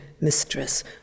mistress